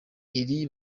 iri